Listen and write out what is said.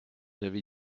avez